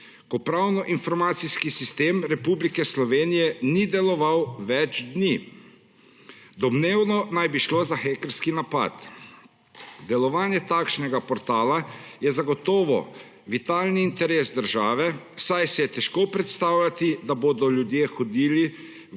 ko pravno informacijski sistem Republike Slovenije ni deloval več dni. Domnevno naj bi šlo za hekerski napad. Delovanje takšnega portala je zagotovo vitalni interes države, saj si je težko predstavljati, da bodo ljudje hodili v